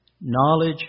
Knowledge